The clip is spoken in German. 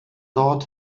dort